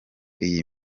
iyihe